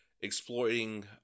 exploiting